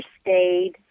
stayed